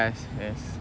yes yes